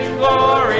glory